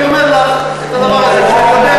אני אומר לך את הדבר הזה לגבי